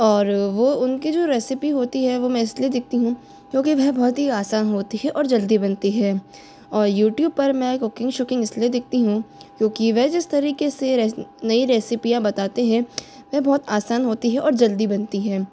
और वह उनकी जो रेसपी होती है वह मैं इसलिए देखती हूँ क्योंकि वह बहुत ही आसान होती है और जल्दी बनती है और यूट्यूब पर मैं कुकिंग शुकिंग इसलिए देखती हूँ क्योंकि वह जिस तरीके से नई रेसीपियाँ बताते हैं वह बहुत आसान होती है और जल्दी बनती है